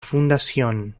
fundación